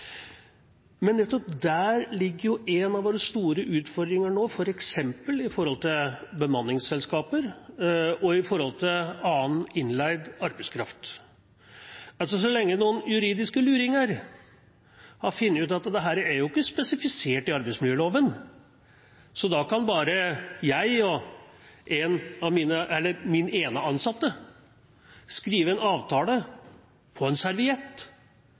Nettopp der ligger en av våre store utfordringer nå, f.eks. når det gjelder bemanningsselskaper og annen innleid arbeidskraft. Så lenge noen juridiske luringer har funnet ut at dette ikke er spesifisert i arbeidsmiljøloven, kan jeg og min ene ansatte skrive en avtale på en serviett